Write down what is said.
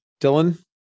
Dylan